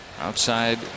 Outside